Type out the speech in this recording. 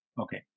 Okay